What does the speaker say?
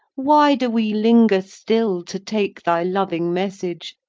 why do we linger still to take thy loving message,